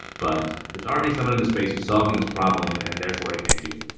but there's already someone in this space who's solving this problem, and therefore i can't do it.